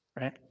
right